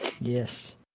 Yes